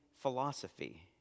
philosophy